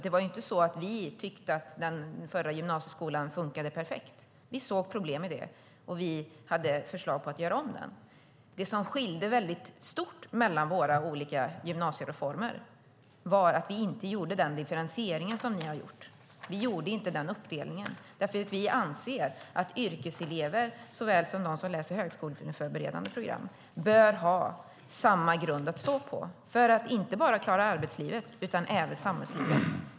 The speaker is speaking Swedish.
Det var inte så att vi tyckte att den förra gymnasieskolan fungerade perfekt. Vi såg problem med den och hade förslag på att göra om den. Det som skilde stort mellan våra olika gymnasiereformer var att vi inte gjorde den differentiering som ni har gjort. Vi gjorde inte den uppdelningen, för vi anser att yrkeselever såväl som de som läser högskoleförberedande program bör ha samma grund att stå på, för att klara inte bara yrkeslivet utan även samhällslivet.